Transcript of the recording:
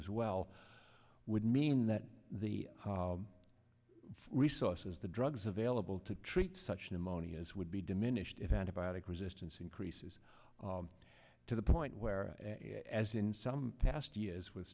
as well would mean that the resources the drugs available to treat such pneumonias would be diminished if antibiotic resistance increases to the point where as in some past years with